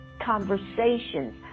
conversations